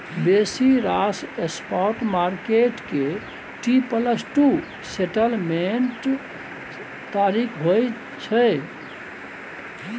बेसी रास spot market के टी प्लस टू सेटलमेंट्स तारीख होइ छै